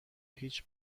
هیچ